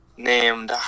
Named